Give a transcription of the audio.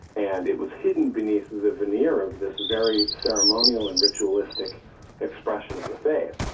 and it was hidden beneath the veneer of this very ceremonial and ritualistic expression of the faith.